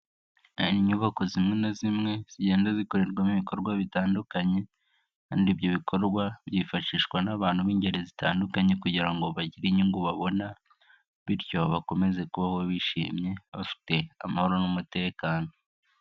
Inyubako zimwe na zimwe zigenda zikorerwamo ibikorwa bitandukanye, kandi ibyo bikorwa byifashishwa n'abantu b'ingeri zitandukanye kugira ngo bagire inyungu babona, bityo bakomeze kubaho bishimye bafite amahoro n'umutekano.